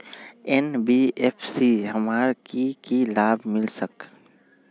NBFC से हमार की की लाभ मिल सक?